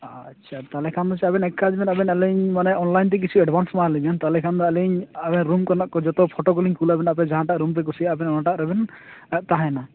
ᱟᱪᱪᱷᱟ ᱛᱟᱦᱚᱞᱮ ᱠᱷᱟᱱ ᱫᱚ ᱟᱵᱮᱱ ᱮᱠ ᱠᱟᱡ ᱵᱮᱱ ᱟᱵᱮᱱ ᱟᱹᱞᱤᱧ ᱢᱟᱱᱮ ᱚᱱᱞᱟᱭᱤᱱ ᱛᱮ ᱠᱤᱪᱷᱩ ᱮᱰᱵᱷᱟᱱᱥ ᱮᱢᱟᱞᱤᱧ ᱵᱮᱱ ᱛᱟᱦᱚᱞᱮ ᱠᱷᱟᱱ ᱫᱚ ᱟᱹᱞᱤᱧ ᱟᱵᱮᱱ ᱨᱩᱢ ᱠᱚᱨᱮᱱᱟᱜᱴ ᱠᱚ ᱡᱚᱛᱚ ᱯᱷᱳᱴᱳ ᱠᱚᱞᱤᱧ ᱠᱩᱞ ᱟᱵᱮᱱᱟ ᱟᱯᱮ ᱡᱟᱦᱟᱸᱴᱟᱜ ᱨᱩᱢ ᱯᱮ ᱠᱩᱥᱤᱭᱟᱜᱼᱟ ᱟᱵᱮᱱ ᱚᱱᱟᱴᱟᱜ ᱨᱮᱵᱮᱱ ᱛᱟᱦᱮᱱᱟ